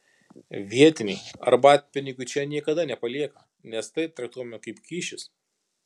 vietiniai arbatpinigių čia niekada nepalieka nes tai traktuojama kaip kyšis